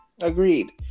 Agreed